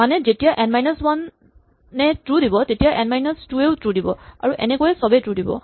মানে যেতিয়া N minus one এ ট্ৰো দিব তেতিয়া এন মাইনাচ টু ৱেও ট্ৰো দিব আৰু এনেকৈয়ে চবেই ট্ৰো দিব